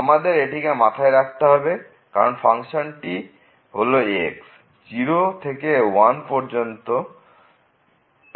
আমাদের এটিকে মাথায় রাখতে হবে কারণ ফাংশনটি হল x 0 থেকে 1 পর্যন্ত এবং পরবর্তীতে x এর মান 1